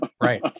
Right